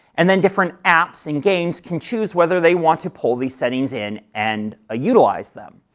and then different apps and games can choose whether they want to pull these settings in and ah utilize them.